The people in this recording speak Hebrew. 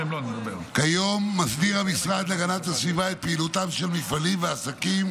כיום מסדיר המשרד להגנת הסביבה את פעילותם של מפעלים ועסקים